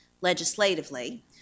legislatively